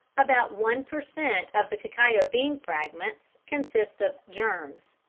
about one per cent. of the cacao bean fragments consists of germs.